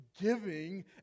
giving